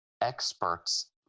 experts